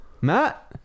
Matt